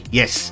Yes